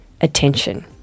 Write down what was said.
attention